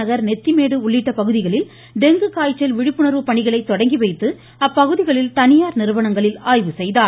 நகர் நெத்திமேடு உள்ளிட்ட பகுதிகளில் டெங்கு காய்ச்சல் விழிப்புணாவு பணிகளை தொடங்கி வைத்து அப்பகுதிகளில் தனியார் நிறுவனங்களில் ஆய்வு செய்தார்